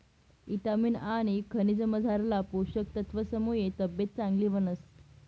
ईटामिन आनी खनिजमझारला पोषक तत्वसमुये तब्येत चांगली बनस